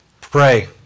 Pray